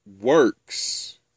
works